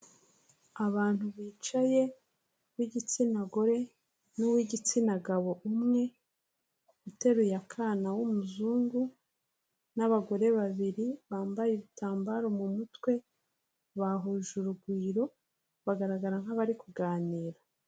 Abantu bicaye bigitsina gore n'uw'igitsina gabo umwe uteruye akana w'umuzungu, n'abagore babiri bambaye ibitambaro mu mutwe, bahuje urugwiro bagaragara nk'abari kuganira.